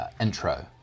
intro